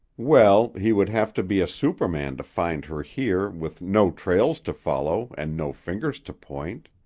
well, he would have to be a superman to find her here with no trails to follow and no fingers to point.